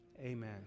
amen